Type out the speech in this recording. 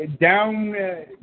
down